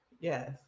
yes